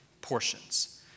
portions